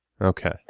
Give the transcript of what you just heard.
Okay